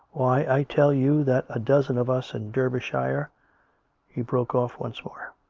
why, i tell you that a dozen of us in derby shire he broke off once more.